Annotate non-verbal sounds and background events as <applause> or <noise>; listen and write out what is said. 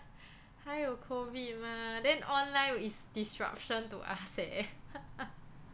还有 COVID mah then online is disruption to us eh <laughs>